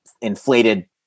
inflated